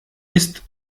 ist